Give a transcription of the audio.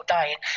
dying